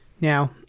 Now